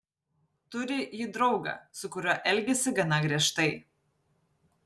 turi ji draugą su kuriuo elgiasi gana griežtai